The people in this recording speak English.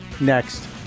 next